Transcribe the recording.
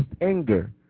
anger